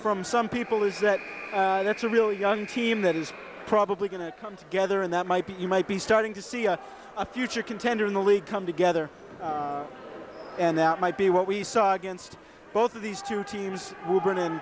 from some people is that that's a really young team that is probably going to come together and that might be you might be starting to see a a future contender in the league come together and that might be what we saw against both of these two teams